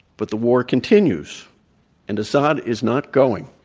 but the war continues and assad is not going.